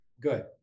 good